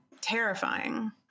terrifying